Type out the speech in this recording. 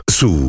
su